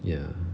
ya